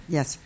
Yes